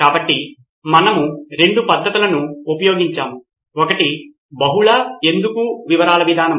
కాబట్టి మనము రెండు పద్ధతులను ఉపయోగించాము ఒకటి బహుళ ఎందుకు వివరాల విధానం